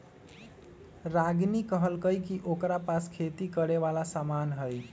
रागिनी कहलकई कि ओकरा पास खेती करे वाला समान हई